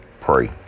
pray